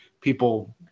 people